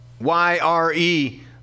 y-r-e